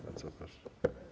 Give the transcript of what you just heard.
Bardzo proszę.